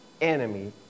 enemy